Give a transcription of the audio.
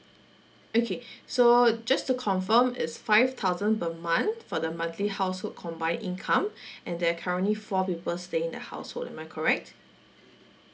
okay so just to confirm is five thousand per month for the monthly household combine income and there are currently four people staying in the household am I correct